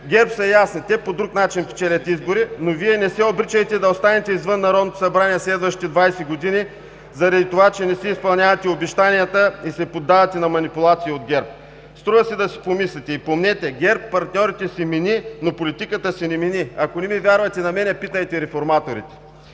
ГЕРБ са ясни – те по друг начин печелят избори, но Вие не се обричайте да останете извън Народното събрание следващите 20 години заради това, че не си изпълнявате обещанията и се подавате на манипулации от ГЕРБ. Струва си да си помислите и помнете ГЕРБ партньорите си мени, но политиката си не мени. Ако не ми вярвате на мен питайте „Реформаторите“.